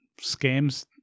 scams